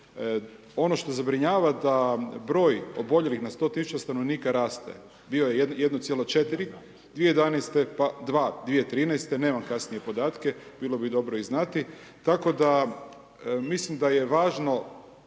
Ono što zabrinjava da broj oboljelih na 100 tisuća stanovnika raste, bio je 1,4 2011., pa 2 2013. nemam kasnije podatke. Bilo bi dobro ih znati tako da mislim da je važno